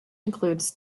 includes